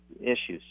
issues